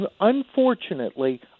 Unfortunately